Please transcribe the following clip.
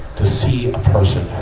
to see a person